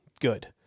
good